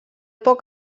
poc